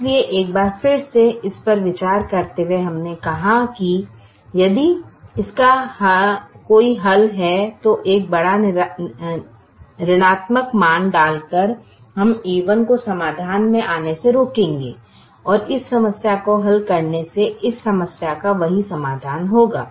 इसलिए एक बार फिर से इस पर विचार करते हुए हमने कहा कि यदि इसका कोई हल है तो एक बड़ा ऋणात्मक मान डालकर हम a1 को समाधान में आने से रोकेंगे और इस समस्या को हल करने से इस समस्या का वही समाधान होगा